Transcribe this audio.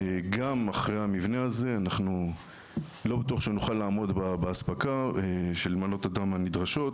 גם אחרי המבנה הזה לא בטוח שנוכל לעמוד באספקה של מנות הדם הנדרשות.